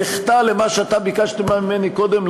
יחטא למה שאתה ביקשת ממני קודם,